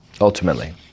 ultimately